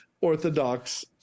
orthodox